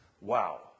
wow